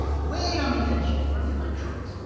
way on the edge are the electrons.